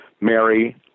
Mary